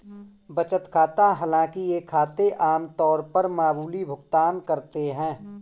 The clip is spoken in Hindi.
बचत खाता हालांकि ये खाते आम तौर पर मामूली भुगतान करते है